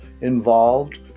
involved